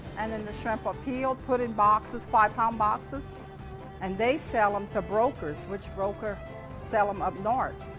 and then the shrimp are peeled, put in boxes, five pound boxes boxes and they sell them to brokers, which brokers sell them up north.